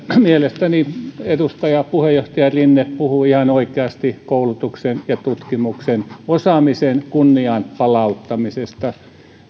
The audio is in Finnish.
mielestäni edustaja puheenjohtaja rinne puhuu ihan oikeasti koulutuksen ja tutkimuksen osaamisen kunnian palauttamisesta